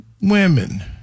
women—